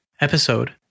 episode